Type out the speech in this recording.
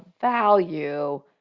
value